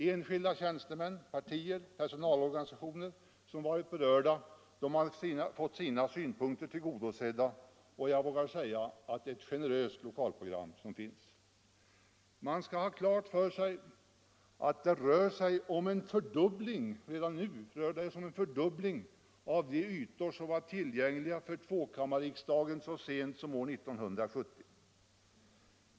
Enskilda tjänstemän, partier och personalorganisationer som varit berörda har fått sina synpunkter tillgodosedda, och jag vågar säga att det är ett generöst lokalprogram som föreligger. Man skall ha klart för sig att det redan nu rör sig om en fördubbling av de ytor som var tillgängliga för tvåkammarriksdagen så sent som 1970.